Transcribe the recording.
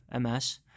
MS